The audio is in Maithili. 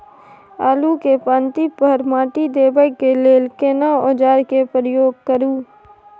आलू के पाँति पर माटी देबै के लिए केना औजार के प्रयोग करू?